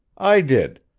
i did.